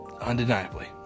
Undeniably